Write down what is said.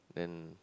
and